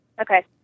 Okay